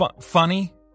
funny